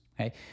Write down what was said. Okay